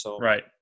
Right